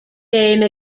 day